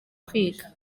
kwiga